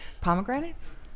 Pomegranates